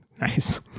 Nice